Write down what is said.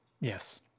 Yes